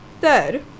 Third